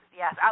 yes